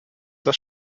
das